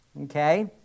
okay